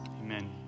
Amen